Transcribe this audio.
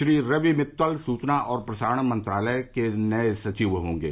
श्री रवि मित्तल सुचना और प्रसारण मंत्रालय के नये सचिव होंगे